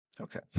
Okay